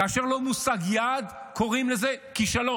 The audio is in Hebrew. כאשר לא מושג יעד, קוראים לזה כישלון.